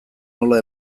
nola